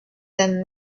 done